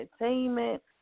entertainment